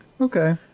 Okay